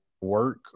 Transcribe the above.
work